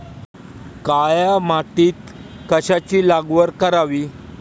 काळ्या मातीत कशाची लागवड करावी?